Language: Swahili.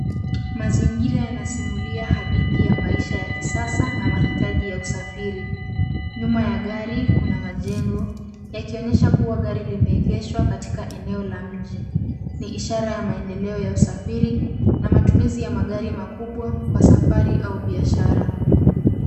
Mazingira yanasimulia hadithi ya maisha ya kisasa na mahitaji ya usafiri. Nyuma ya gari kuna majengo yakionyesha kuwa gari limeegeshwa katika eneo la mji. Ni ishara ya maendelo ya usafiri na matumizi ya magari makubwa kwa safari au biashara.